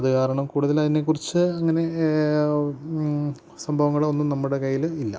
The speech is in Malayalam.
അതു കാരണം കൂടുതലതിനെക്കുറിച്ച് അങ്ങനെ സംഭവങ്ങളോ ഒന്നും നമ്മുടെ കയ്യില് ഇല്ല